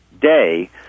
Day